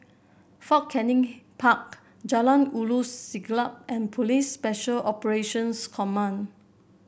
Fort Canning Park Jalan Ulu Siglap and Police Special Operations Command